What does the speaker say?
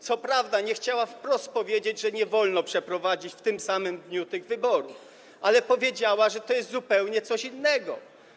Co prawda nie chciała wprost powiedzieć, że nie wolno przeprowadzić w tym samym dniu tych wyborów, ale powiedziała, że to jest coś zupełnie innego.